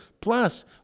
plus